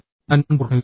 ഞാൻ കാൺപൂർ ഐ